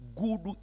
good